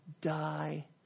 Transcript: die